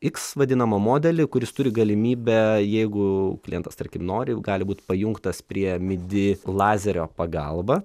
iks vadinamą modelį kuris turi galimybę jeigu klientas tarkim nori gali būt pajungtas prie midi lazerio pagalba